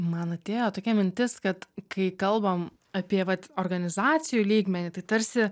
man atėjo tokia mintis kad kai kalbam apie vat organizacijų lygmenį tai tarsi